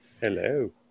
Hello